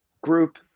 group